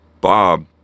Bob